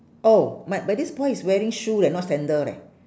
oh my my this boy is wearing shoe leh not sandal leh